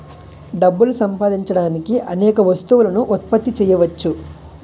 డబ్బులు సంపాదించడానికి అనేక వస్తువులను ఉత్పత్తి చేయవచ్చు